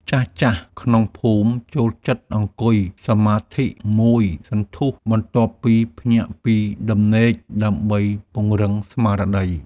ចាស់ៗក្នុងភូមិចូលចិត្តអង្គុយសមាធិមួយសន្ទុះ បន្ទាប់ពីភ្ញាក់ពីដំណេកដើម្បីពង្រឹងស្មារតី។